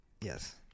Yes